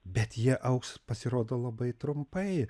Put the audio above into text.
bet jie augs pasirodo labai trumpai